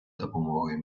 допомогою